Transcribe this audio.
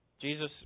Jesus